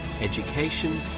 education